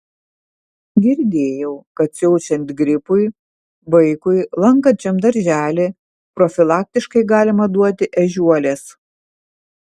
girdėjau kad siaučiant gripui vaikui lankančiam darželį profilaktiškai galima duoti ežiuolės